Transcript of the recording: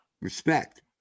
Respect